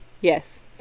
Yes